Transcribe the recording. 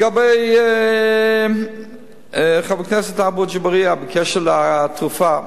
לגבי חבר הכנסת עפו אגבאריה, בקשר לתרופה,